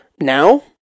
Now